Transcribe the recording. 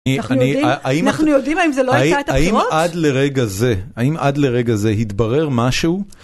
אני.. אנחנו יודעים? האם... אנחנו יודעים האם זה לא הטעה את הבחירות? האם עד לרגע זה, האם עד לרגע זה התברר משהו?